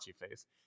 face